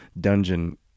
dungeon